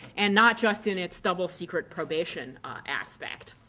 and not just in its double secret probation aspect.